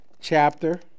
chapter